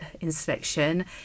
inspection